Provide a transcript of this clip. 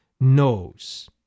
Knows